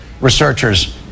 researchers